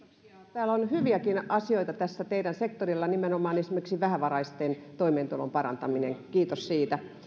täällä on hyviäkin asioita tässä teidän sektorillanne nimenomaan esimerkiksi vähävaraisten toimeentulon parantaminen kiitos siitä